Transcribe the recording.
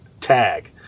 tag